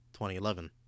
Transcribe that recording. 2011